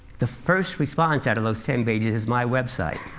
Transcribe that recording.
the first response out of those ten pages is my website.